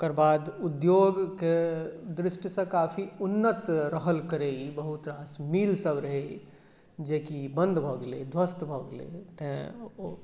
ओकर बाद उद्योगके दृष्टिसँ काफी उन्नत रहल करै ई बहुत रास मील सब रहै जे कि बन्द भऽ गेलै ध्वस्त भऽ गेलै तैं ओ